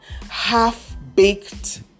half-baked